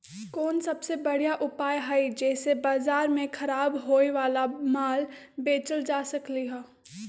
कोन सबसे बढ़िया उपाय हई जे से बाजार में खराब होये वाला माल बेचल जा सकली ह?